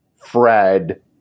Fred